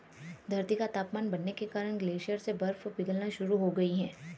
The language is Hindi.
धरती का तापमान बढ़ने के कारण ग्लेशियर से बर्फ पिघलना शुरू हो गयी है